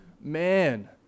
man